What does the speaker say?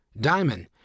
Diamond